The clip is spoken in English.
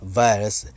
virus